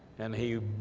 and he